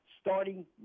starting